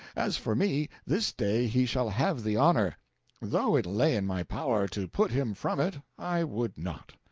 as for me, this day he shall have the honour though it lay in my power to put him from it, i would not.